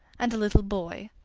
and a little boy.